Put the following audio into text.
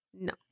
no